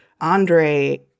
Andre